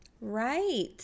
Right